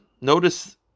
notice